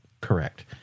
correct